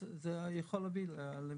אז זה יכול להביא לאלימות.